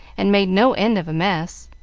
and made no end of a mess.